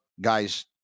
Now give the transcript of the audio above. guys